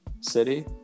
City